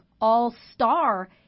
All-Star